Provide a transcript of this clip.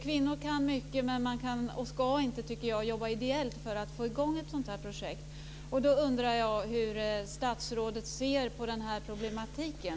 Kvinnor kan mycket, men de kan inte, och ska inte tycker jag, jobba ideellt för att få i gång ett sådant projekt. Jag undrar hur statsrådet ser på den här problematiken?